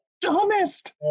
dumbest